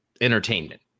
entertainment